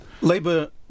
Labour